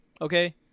Okay